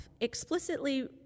explicitly